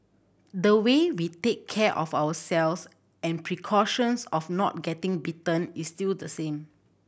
the way we take care of ourselves and precautions of not getting bitten is still the same